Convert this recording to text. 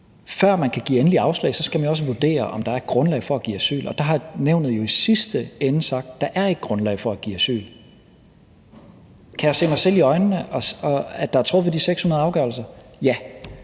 Før man kan give endeligt afslag, skal man jo også vurdere, om der er et grundlag for at give asyl, og der har nævnet jo i sidste ende sagt, at der ikke er grundlag for at give asyl. Kan jeg se mig selv i øjnene, når der er truffet de 600 afgørelser? Ja.